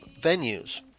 venues